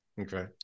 Okay